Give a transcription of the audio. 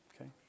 Okay